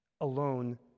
alone